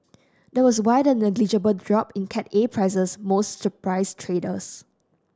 that was why the negligible drop in Cat A prices most surprised traders